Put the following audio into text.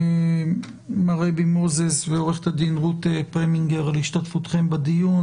מר אייבי מוזס ועורכת הדין רות פרמינגר על השתתפותכם בדיון,